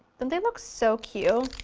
they look so cute?